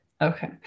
Okay